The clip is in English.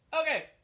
Okay